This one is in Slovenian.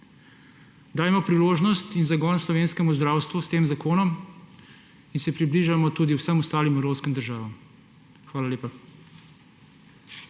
Dajmo priložnost in zagon slovenskemu zdravstvu s tem zakonom in se približajmo tudi vsem ostalim evropskim državam. Hvala lepa.